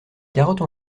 carottes